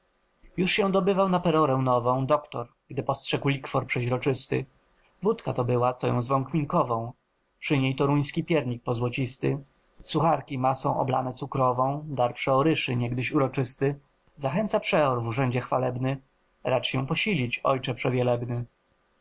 już się zdobywał na perorę nową doktor gdy postrzegł likwor przezroczysty wódka to była co ją zwą kminkową przy niej toruński piernik pozłocisty sucharki massą oblane cukrową dar przeoryszy niegdyś uroczysty zachęca przeor w urzędzie chwalebny racz się posilić ojcze przewielebny